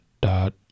dot